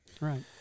Right